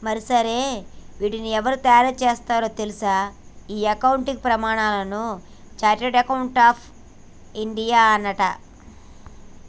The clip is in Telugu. మరి సరే వీటిని ఎవరు తయారు సేత్తారో తెల్సా ఈ అకౌంటింగ్ ప్రమానాలను చార్టెడ్ అకౌంట్స్ ఆఫ్ ఇండియానట